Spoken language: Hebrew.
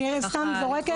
אני סתם זורקת.